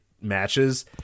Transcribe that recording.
matches